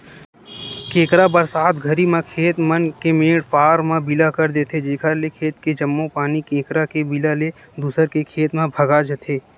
केंकरा बरसात घरी म खेत मन के मेंड पार म बिला कर देथे जेकर ले खेत के जम्मो पानी केंकरा के बिला ले दूसर के खेत म भगा जथे